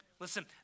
Listen